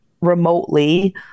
remotely